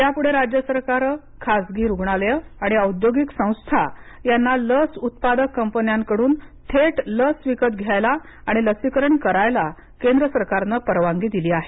यापुढे राज्य सरकारे खाजगी रुग्णालय आणि औद्योगिक संस्था यांना लस उत्पादक कंपन्यांकडून थेट लस विकत घ्यायला आणि लसीकरण करायला केंद्रसरकारने परवानगी दिली आहे